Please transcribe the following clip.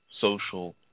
social